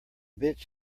bitch